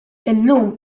illum